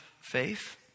faith